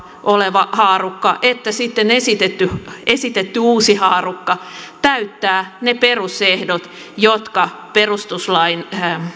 oleva haarukka että sitten esitetty esitetty uusi haarukka täyttävät ne perusehdot jotka perustuslain